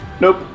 Nope